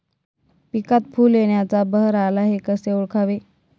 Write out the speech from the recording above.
पिकात फूल येण्याचा बहर आला हे कसे ओळखावे?